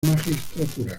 magistratura